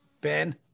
ben